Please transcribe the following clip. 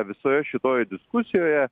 visoje šitoj diskusijoje